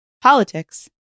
politics